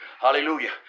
hallelujah